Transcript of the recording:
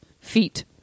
feet